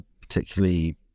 particularly